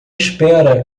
espera